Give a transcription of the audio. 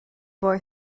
boy